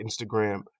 Instagram